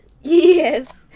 Yes